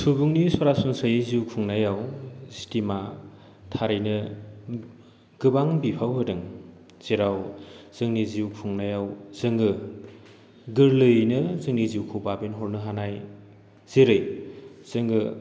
सुबुंनि सरासन्स्रायै जिउ खुंनायाव स्थिमा थारैनो गोबां बिफाव होदों जेराव जोंनि जिउ खुंनायाव जोङो गोर्लैयैनो जोंनि जिउखौ बाबेनहरनो हानाय जेरै जोङो